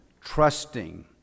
trusting